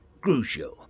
crucial